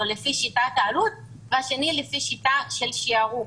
לפי שיטה העלות והשני לפי שיטה של שערוך.